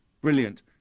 brilliant